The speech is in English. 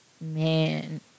man